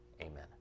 Amen